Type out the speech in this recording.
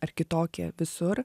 ar kitokie visur